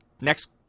Next